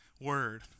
word